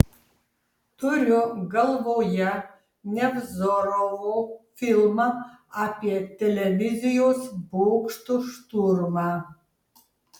turiu galvoje nevzorovo filmą apie televizijos bokšto šturmą